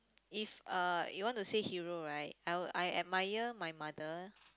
if uh you want to say hero right I'll I admire my mother